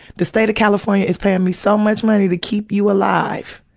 the state of california is paying me so much money to keep you alive.